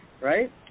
right